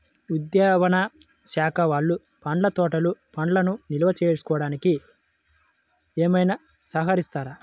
ఉద్యానవన శాఖ వాళ్ళు పండ్ల తోటలు పండ్లను నిల్వ చేసుకోవడానికి ఏమైనా సహకరిస్తారా?